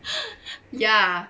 ya